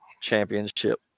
championship